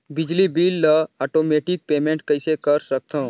बिजली बिल ल automatic payment कइसे कर सकथव?